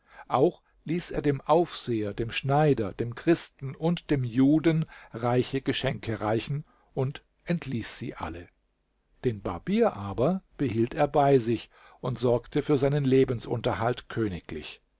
auch ließ er dem aufseher dem schneider dem christen und dem juden reiche geschenke reichen und entließ sie alle den barbier aber behielt er bei sich und sorgte für seinen lebensunterhalt königlich